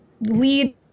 lead